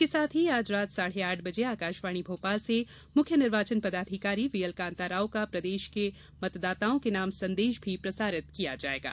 इसके साथ ही आज रात साढ़े आठ बजे आकाशवाणी भोपाल से मुख्य निर्वाचन पदाधिकारी वीएल कांताराव का प्रदेश के मतदाताओं के नाम संदेश भी प्रसारित किया जाएगा